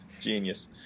Genius